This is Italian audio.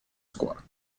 scuola